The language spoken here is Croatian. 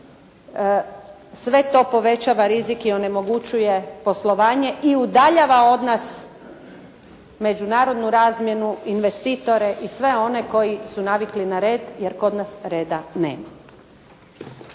Sve to povećava rizik i onemogućuje poslovanje i udaljava od nas međunarodnu razmjenu, investitore i sve one koji su navikli na red, jer kod nas reda nema.